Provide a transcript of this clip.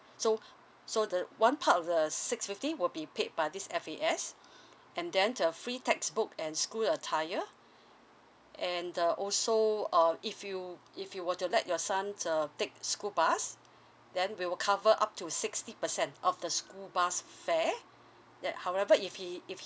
so so the one part of the six fifty will be paid by this F_A_S and then to the free textbook and school attire and the also uh if you if you were to let your son uh take school bus then we will cover up to sixty percent of the school bus fare that however if he if he